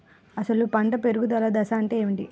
అసలు పంట పెరుగుదల దశ అంటే ఏమిటి?